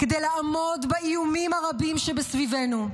כדי לעמוד באיומים הרבים שסביבנו.